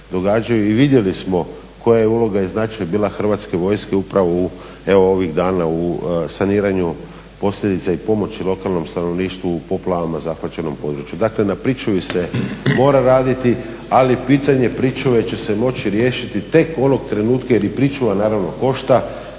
i vidjeli smo koja je uloga i značaj bila Hrvatske vojske upravo ovih dana u saniranju posljedica i pomoći lokalnom stanovništvu u poplavama zahvaćenom području. Dakle na pričuvi se mora raditi, ali pitanje pričuve će se moći riješiti tek onog trenutka jer i pričuva naravno košta,